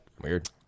Weird